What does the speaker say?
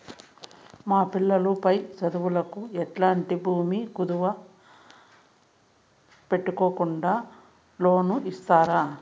మా పిల్లలు పై చదువులకు ఎట్లాంటి భూమి కుదువు పెట్టుకోకుండా లోను ఇస్తారా